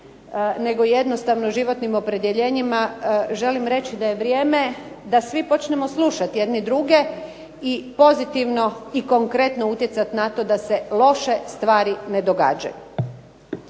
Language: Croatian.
nego jednostavno životnim opredjeljenjima, želim reći da je vrijeme da svi počnemo slušati jedni druge i pozitivno i konkretno utjecati na to da se loše stvari ne događaju.